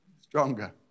stronger